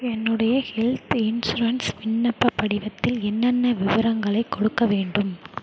என்னுடைய health insurance விண்ணப்பப் படிவத்தில் என்னென்ன விவரங்களைக் கொடுக்க வேண்டும்